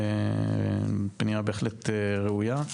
פנייה בהחלט ראויה.